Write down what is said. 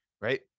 right